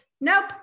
Nope